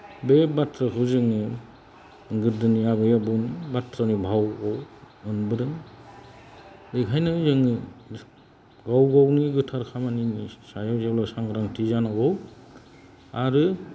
बे बाथ्राखौ जोङो गोदोनि आबै आबौनि बाथ्रानि भावखौ मोनबोदों बेखायनो जोङो गाव गावनि गोथार खामानिनि सायाव जेब्ला सांग्रांथि जानांगौ आरो